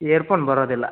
year phone ಬರೋದಿಲ್ಲ